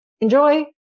enjoy